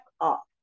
up